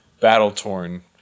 battle-torn